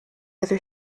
other